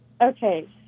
Okay